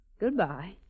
Goodbye